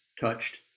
touched